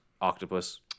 Octopus